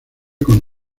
con